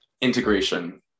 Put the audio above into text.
Integration